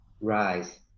Rise